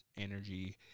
energy